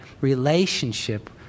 relationship